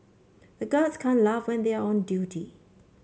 the guards can't laugh when they are on duty